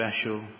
special